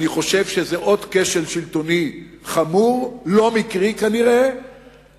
אני חושב שזה עוד כשל שלטוני חמור, כנראה לא מקרי.